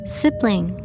Sibling